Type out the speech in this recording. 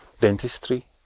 dentistry